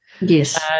yes